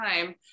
time